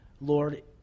Lord